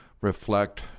reflect